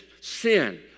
sin